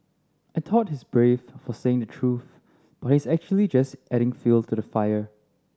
he thought he's brave for saying the truth but he's actually just adding fuel to the fire